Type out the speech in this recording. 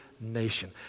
nation